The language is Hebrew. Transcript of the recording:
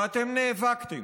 ואתם נאבקתם,